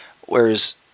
Whereas